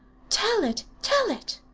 tell it. tell it.